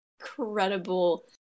incredible